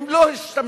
הם לא השתמשו